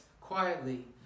quietly